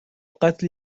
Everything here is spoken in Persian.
قتل